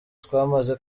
twamaze